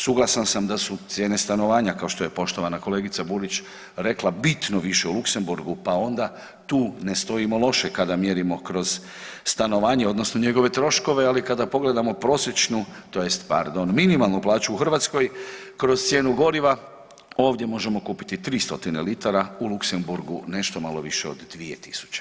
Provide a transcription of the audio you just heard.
Suglasan sam da su cijene stanovanja kao što je poštovana kolegica Burić rekla bitno više u Luksemburgu pa onda tu ne stojimo loše kada mjerimo kroz stanovanje odnosno njegove troškove, ali kada pogledamo prosječnu tj. pardon minimalnu plaću u Hrvatskoj kroz cijenu goriva ovdje možemo kupiti 300 litara u Luksemburgu nešto malo više od 2.000.